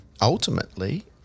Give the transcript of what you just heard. Ultimately